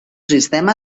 sistema